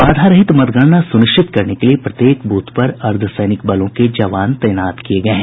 बाधारहित मतगणना सुनिश्चित करने के लिए प्रत्येक ब्रथ पर अर्धसैनिक बलों के जवान तैनात किए गए हैं